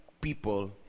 people